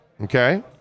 Okay